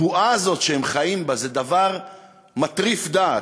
הבועה הזו שהם חיים בה, זה דבר מטריף דעת,